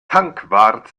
tankwart